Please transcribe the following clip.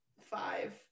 five